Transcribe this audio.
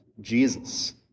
Jesus